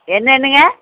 என்னெனங்க